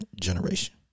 generation